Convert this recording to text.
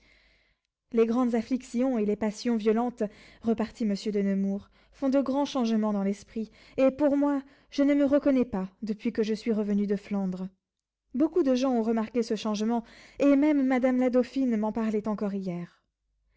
les grandes afflictions et les passions violentes repartit monsieur de nemours font de grands changements dans l'esprit et pour moi je ne me reconnais pas depuis que je suis revenu de flandre beaucoup de gens ont remarqué ce changement et même madame la dauphine m'en parlait encore hier